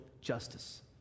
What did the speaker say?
justice